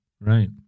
Right